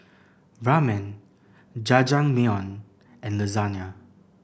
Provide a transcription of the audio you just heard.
Ramen Jajangmyeon and Lasagne